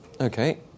Okay